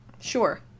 Sure